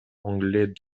anglais